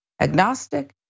agnostic